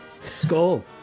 Skull